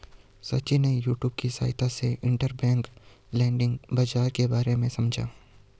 सचिन ने यूट्यूब की सहायता से इंटरबैंक लैंडिंग बाजार के बारे में समझा